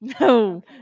No